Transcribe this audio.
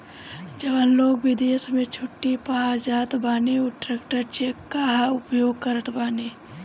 जवन लोग विदेश में छुट्टी पअ जात बाने उ ट्रैवलर चेक कअ उपयोग करत बाने